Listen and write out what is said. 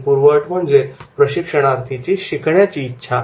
ही पूर्व अट म्हणजे प्रशिक्षणार्थीची शिकण्याची इच्छा